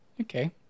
okay